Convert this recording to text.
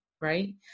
right